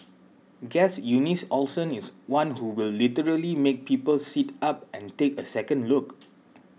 guess Eunice Olsen is one who will literally make people sit up and take a second look